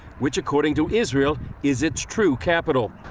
which according to israel is its true capital.